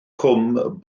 cwm